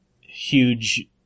huge